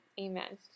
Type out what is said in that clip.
amen